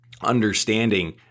understanding